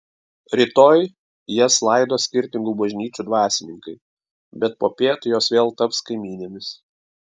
rytoj jas laidos skirtingų bažnyčių dvasininkai bet popiet jos vėl taps kaimynėmis